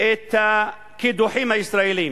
את הקידוחים הישראליים.